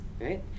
right